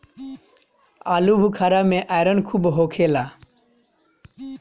आलूबुखारा में आयरन खूब होखेला